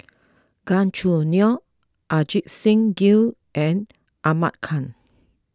Gan Choo Neo Ajit Singh Gill and Ahmad Khan